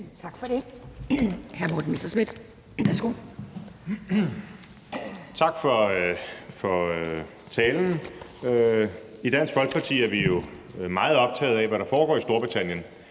værsgo. Kl. 10:33 Morten Messerschmidt (DF): Tak for talen. I Dansk Folkeparti er vi jo meget optaget af, hvad der foregår i Storbritannien.